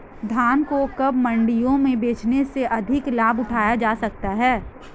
धान को कब मंडियों में बेचने से अधिक लाभ उठाया जा सकता है?